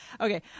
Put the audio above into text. Okay